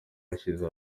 byashyize